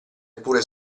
eppure